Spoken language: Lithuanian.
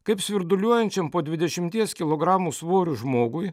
kaip svirduliuojančiam po dvidešimties kilogramų svorio žmogui